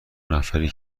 نفری